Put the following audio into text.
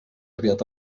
aviat